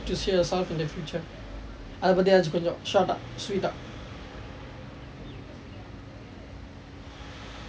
to see yourself in the future அதை பற்றியா கொஞ்சம்:athai parriyaa koncham short ah sweet ah